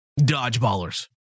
dodgeballers